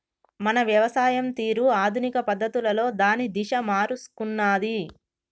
మన వ్యవసాయం తీరు ఆధునిక పద్ధతులలో దాని దిశ మారుసుకున్నాది